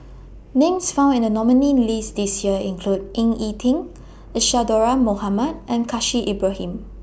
Names found in The nominees' list This Year include Ying E Ding Isadhora Mohamed and Khalil Ibrahim